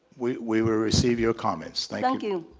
we we will receive your comments. thank you.